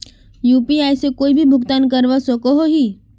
UPI से कोई भी भुगतान करवा सकोहो ही?